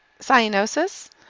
cyanosis